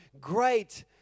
great